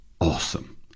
awesome